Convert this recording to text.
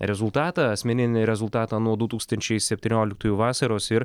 rezultatą asmeninį rezultatą nuo du tūkstančiai septynioliktųjų vasaros ir